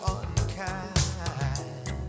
unkind